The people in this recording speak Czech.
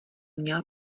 měla